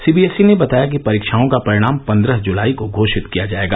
CBSE ने बताया कि परीक्षाओं का परिणाम पन्द्रह जुलाई को घोषित किया जाएगा